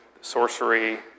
sorcery